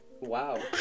Wow